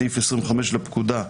בסעיף 25 לפקודה,